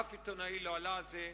אף עיתונאי לא עלה על זה,